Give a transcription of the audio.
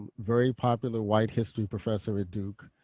very popular, white history professor at duke,